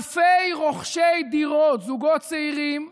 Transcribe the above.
אלפי רוכשי דירות, זוגות צעירים,